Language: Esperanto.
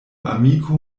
amiko